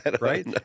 Right